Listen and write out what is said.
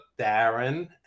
Darren